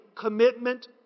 commitment